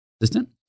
Assistant